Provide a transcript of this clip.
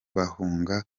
bahunga